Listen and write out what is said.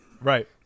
Right